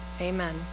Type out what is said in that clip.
Amen